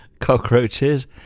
cockroaches